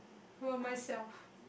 about myself